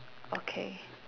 okay